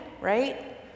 right